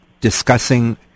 discussing